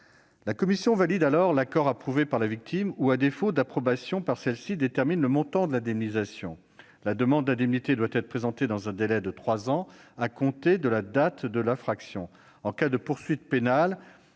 La commission valide alors l'accord approuvé par la victime ou, à défaut d'approbation par celle-ci, détermine le montant de l'indemnisation. La demande d'indemnité doit être présentée dans un délai de trois ans à compter de la date de l'infraction. En cas de poursuite pénale,